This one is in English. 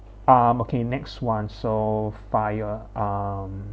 um okay next one so fire um